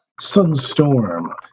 Sunstorm